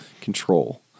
control